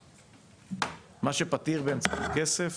מה שפתיר באמצעות כסף,